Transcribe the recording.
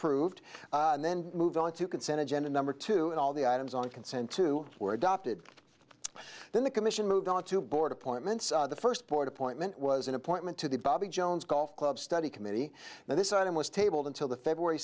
approved and then moved on to consented gena number two and all the items on consent two were adopted then the commission moved onto board appointments the first court appointment was an appointment to the bobby jones golf club study committee and this item was tabled until the february